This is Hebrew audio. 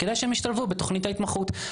כדי שהם ישתלבו בתוכנית ההתמחות.